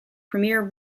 premier